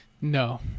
No